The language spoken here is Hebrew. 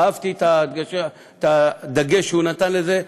אהבתי את הדגש שהוא נתן לזה,